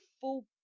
full